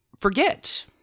forget